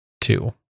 two